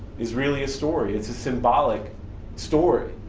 is really a story. it's a symbolic story,